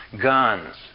guns